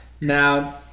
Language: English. now